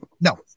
no